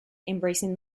embracing